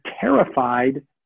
terrified